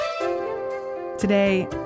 Today